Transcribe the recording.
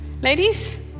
ladies